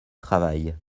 travail